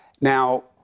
Now